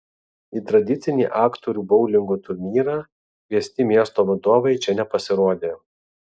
į tradicinį aktorių boulingo turnyrą kviesti miesto vadovai čia nepasirodė